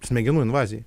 smegenų invazijai